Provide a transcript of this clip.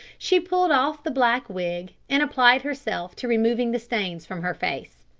she pulled off the black wig and applied herself to removing the stains from her face.